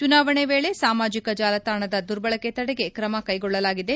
ಚುನಾವಣೆ ವೇಳೆ ಸಾಮಾಜಿಕ ಜಾಲತಾಣದ ದುರ್ಬಳಕೆ ತಡೆಗೆ ್ರಮ ಕೈಗೊಳ್ಳಲಾಗಿದೆ